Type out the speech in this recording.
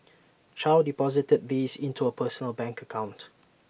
chow deposited these into her personal bank account